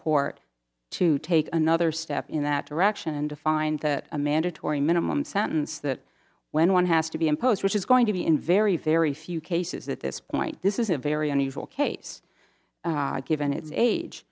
court to take another step in that direction and to find that a mandatory minimum sentence that when one has to be imposed which is going to be in very very few cases that this point this is a very unusual case given its age